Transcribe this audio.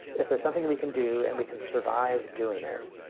if there's something we can do and we can survive doing it.